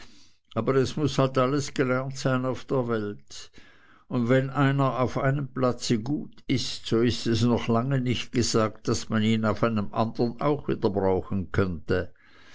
aber es muß halt alles gelernt sein auf der welt und wenn einer auf einem platze gut ist so ist es noch lange nicht gesagt daß man ihn auf einem andern auch wieder brauchen könne